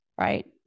right